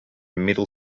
middle